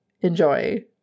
Enjoy